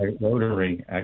rotary